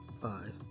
Five